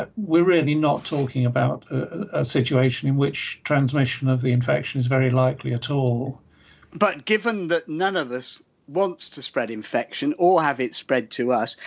we're really not talking about a situation in which transmission of the infection is very likely at all but given that none of us wants to spread infection or have it spread to us,